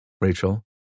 Rachel